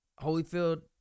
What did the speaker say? Holyfield